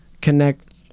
connect